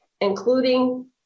including